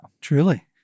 truly